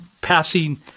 passing